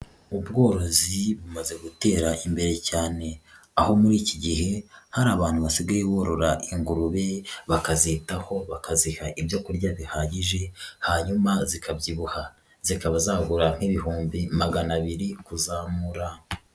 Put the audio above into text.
Ubworozi bumaze gutera imbere cyane, aho muri iki gihe hari abantu basigaye borora ingurube bakazitaho bakaziha ibyo kurya bihagije hanyuma zikabyibuha, zikaba zagura nk'ibihumbi magana abiri kuzamura.